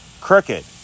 crooked